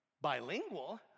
bilingual